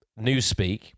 newspeak